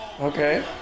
Okay